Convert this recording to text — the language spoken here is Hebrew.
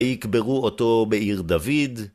‫ויקברו אותו בעיר דוד.